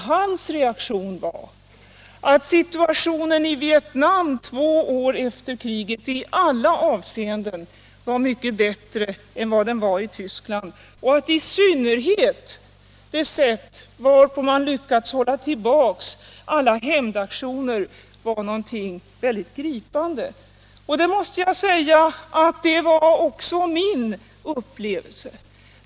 Hans reaktion var att situationen i Vietnam två år efter kriget i alla avseenden var mycket bättre än vad den var i Tyskland, och att i synnerhet det sätt varpå man lyckats hålla tillbaka alla hämndaktioner var någonting väldigt gripande. Jag måste säga att det också var min upplevelse.